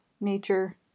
nature